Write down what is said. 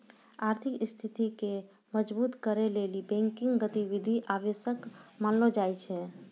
आर्थिक स्थिति के मजबुत करै लेली बैंकिंग गतिविधि आवश्यक मानलो जाय छै